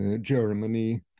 Germany